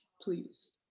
please